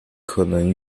可能